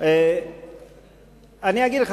אני לא מבין למה ראש הממשלה מתנגד.